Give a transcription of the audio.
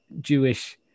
Jewish